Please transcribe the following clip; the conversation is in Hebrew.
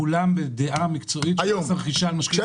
כולם בדעה מקצועית שצריך --- היום.